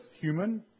human